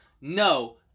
No